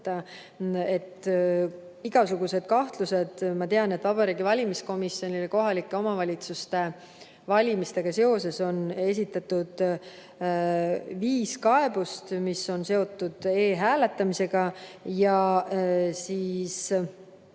igasuguseid kahtlusi – ma tean, et Vabariigi Valimiskomisjonile on kohalike omavalitsuste valimistega seoses esitatud viis kaebust, mis on seotud e-hääletamisega. Ja kõigil